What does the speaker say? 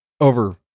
Over